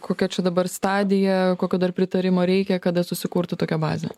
kokia čia dabar stadija kokio dar pritarimo reikia kada susikurtų tokia bazė